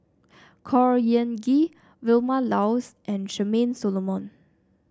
Khor Ean Ghee Vilma Laus and Charmaine Solomon